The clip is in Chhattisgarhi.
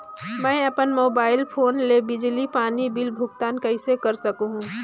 मैं अपन मोबाइल फोन ले बिजली पानी बिल भुगतान कइसे कर सकहुं?